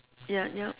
ya ya mm